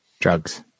Drugs